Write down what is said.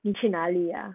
你去哪里啊